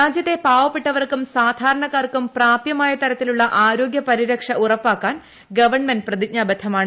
രാജ്യത്തെ പാവപ്പെട്ടവർക്കും സാധാരണക്കാർക്കും പ്രാപൃമായ തരത്തിലുള്ള ആരോഗൃ പരിക്ഷ ഉറപ്പാക്കാൻ ഗവൺമെന്റ് പ്രതിജ്ഞാബദ്ധമാണ്